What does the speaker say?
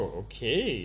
okay